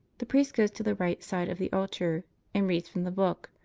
the priest goes to the right side of the altar and reads from the book.